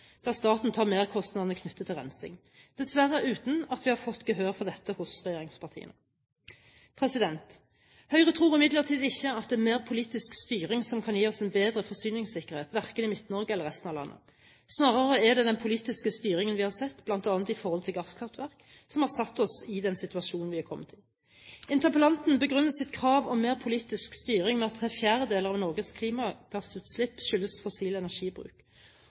der staten tar merkostnadene knyttet til rensing, dessverre uten at vi har fått gehør for dette hos regjeringspartiene. Høyre tror imidlertid ikke at det er mer politisk styring som kan gi oss en bedre forsyningssikkerhet, verken i Midt-Norge eller i resten av landet. Snarere er det den politiske styringen vi har sett, bl.a. i forhold til gasskraftverk, som har satt oss i den situasjonen vi er kommet i. Interpellanten begrunner sitt krav om mer politisk styring med at tre fjerdedeler av Norges klimagassutslipp skyldes fossil energibruk,